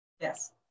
yes